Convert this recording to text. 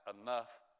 enough